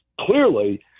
clearly